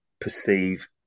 perceive